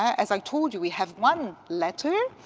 as i told you, we have one letter.